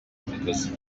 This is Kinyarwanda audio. imigozi